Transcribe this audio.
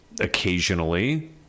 occasionally